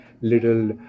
little